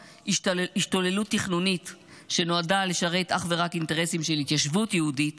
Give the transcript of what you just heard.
השתוללות תכנונית שנועדה לשרת אך ורק אינטרסים של התיישבות יהודית